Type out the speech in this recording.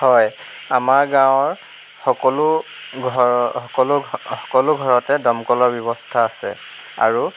হয় আমাৰ গাওঁৰ সকলোৰ ঘৰ সকলো ঘৰতে দমকলৰ ব্যৱস্থা আছে